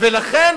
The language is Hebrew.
ולכן